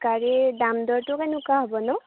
গাড়ীৰ দামদৰটো কেনেকুৱা হ'বনো